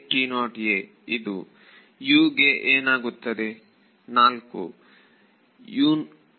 U ಗೆ ಏನಾಗಿರುತ್ತದೆ